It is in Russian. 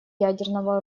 ядерного